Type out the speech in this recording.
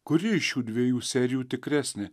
kuri šių dviejų serijų tikresnė